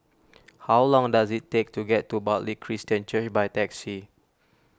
how long does it take to get to Bartley Christian Church by taxi